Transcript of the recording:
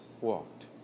walked